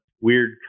weird